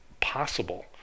possible